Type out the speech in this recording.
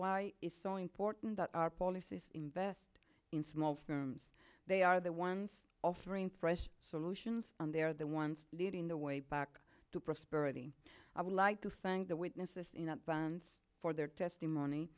why it's so important that our policies invest in small firms they are the ones offering fresh solutions they're the ones leading the way back to prosperity i would like to thank the witnesses bands for their testimony